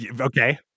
Okay